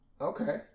Okay